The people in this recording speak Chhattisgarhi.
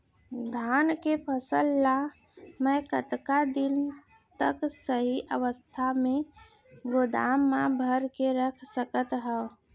धान के फसल ला मै कतका दिन तक सही अवस्था में गोदाम मा भर के रख सकत हव?